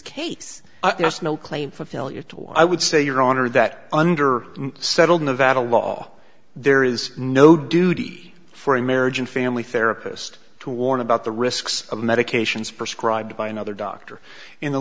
all i would say your honor that under settled nevada law there is no duty for a marriage and family therapist to warn about the risks of medications prescribed by another doctor in the